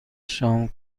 شام